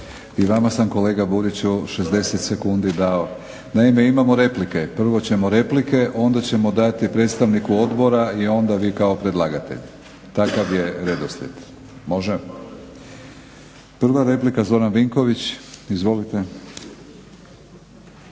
I vama sam kolega Buriću 60 sekundi dao. Naime, imamo replike. Prvo ćemo replike, onda ćemo dati predstavniku odbora i onda vi kao predlagatelj. Takav je redoslijed. Može? Prva replika Zoran Vinković, izvolite.